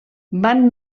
van